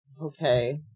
Okay